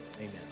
amen